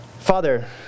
Father